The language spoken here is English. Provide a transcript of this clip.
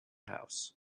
house